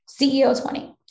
CEO20